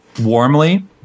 warmly